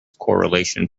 correlation